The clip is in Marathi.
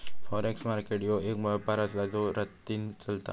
फॉरेक्स मार्केट ह्यो एक व्यापार आसा जो रातदिन चलता